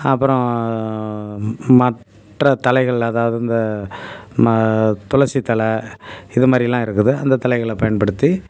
அப்புறம் மற்ற தளைகள் அதாவது இந்த ம துளசி தள இது மாதிரிலாம் இருக்குது அந்த தளைகளை பயன்படுத்தி